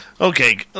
okay